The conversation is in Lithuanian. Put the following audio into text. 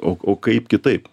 o o kaip kitaip